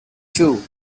two